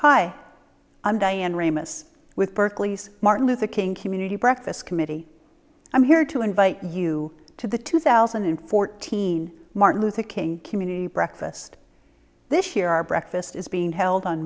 hi i'm diane ramus with berkeley's martin luther king community breakfast committee i'm here to invite you to the two thousand and fourteen martin luther king community breakfast this year our breakfast is being held on